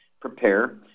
Prepare